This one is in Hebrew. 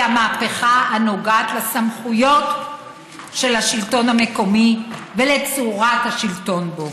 היא המהפכה הנוגעת לסמכויות של השלטון המקומי ולצורת השלטון בו.